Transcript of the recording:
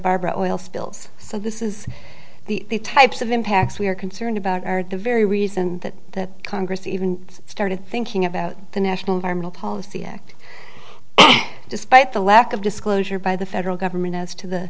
barbara oil spills so this is the types of impacts we're concerned about are the very reason that congress even started thinking about the national environmental policy act despite the lack of disclosure by the federal government as to the